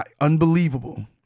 unbelievable